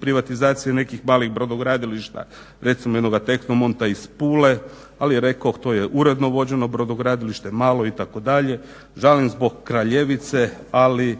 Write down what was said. privatizacije nekih malih brodogradilišta, recimo jednoga "Tehnomonta " iz Pule, ali rekoh to je uredno vođeno brodogradilište, malo itd. Žalim zbog "Kraljevice" ali